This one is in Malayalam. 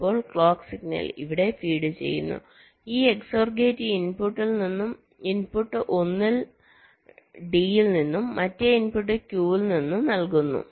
ഇപ്പോൾ ഈ ക്ലോക്ക് സിഗ്നൽ ഇവിടെ ഫീഡ് ചെയ്യുന്നു ഈ XOR ഗേറ്റ് ഇൻപുട്ടിൽ ഒന്ന് D ൽ നിന്നും മറ്റേ ഇൻപുട്ട് Q ൽ നിന്നും നൽകുന്നു